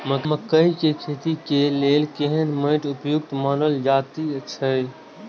मकैय के खेती के लेल केहन मैट उपयुक्त मानल जाति अछि?